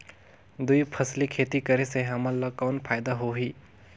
दुई फसली खेती करे से हमन ला कौन फायदा होही?